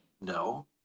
No